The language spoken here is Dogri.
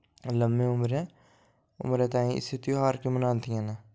लम्मी उमरैं उमरै ताईं इस त्य़ौहार गी बनांदियां न